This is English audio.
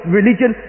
religion